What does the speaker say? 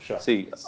see